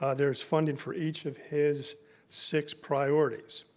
ah there's funding for each of his six priorities.